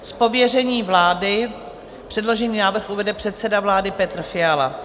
S pověřením vlády předložený návrh uvede předseda vlády Petr Fiala.